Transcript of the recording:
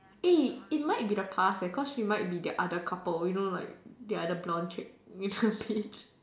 eh it might be the past leh cause she might be the other couple you know like the other blond chick in the beach